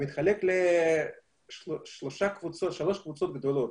הוא מתחלק לשלוש קבוצות גדולות,